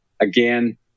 Again